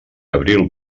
abril